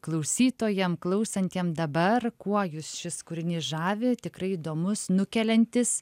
klausytojam klausantiem dabar kuo jus šis kūrinys žavi tikrai įdomus nukeliantis